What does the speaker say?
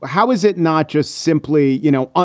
how is it not just simply, you know,